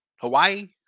Hawaii